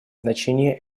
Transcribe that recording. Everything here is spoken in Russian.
значение